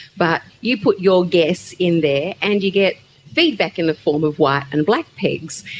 but you put your guess in there and you get feedback in the form of white and black pegs.